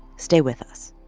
stay with us